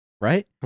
right